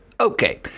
Okay